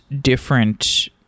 different